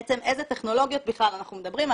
על איזה טכנולוגיות בכלל אנחנו מדברים?